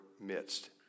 midst